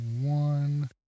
One